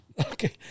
Okay